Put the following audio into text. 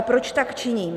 Proč tak činím?